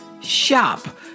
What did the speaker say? shop